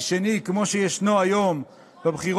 ביטון נותן את ברכת הכוהנים.